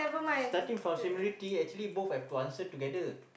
starting from similarity actually both I put answer together